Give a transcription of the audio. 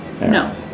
No